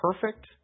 perfect